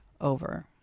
over